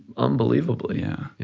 unbelievable, yeah, yeah.